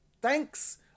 Thanks